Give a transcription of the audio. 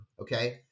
Okay